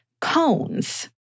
cones